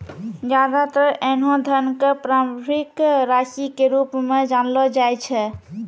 ज्यादातर ऐन्हों धन क प्रारंभिक राशि के रूप म जानलो जाय छै